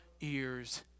ears